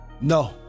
No